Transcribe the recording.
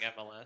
MLS